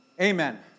Amen